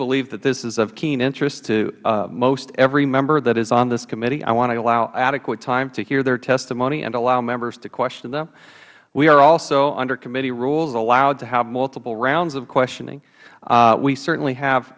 believe that this is of keen interest to most every member that is on this committee i want to allow adequate time to hear their testimony and allow members to question them we are also under committee rules allowed to have multiple rounds of questioning we certainly have